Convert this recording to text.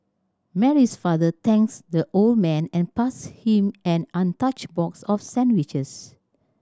Mary's father thanks the old man and passed him an untouched box of sandwiches